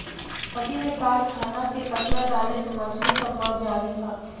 नदी में कारखाना के कचड़ा डाले से मछली सब मर जली सन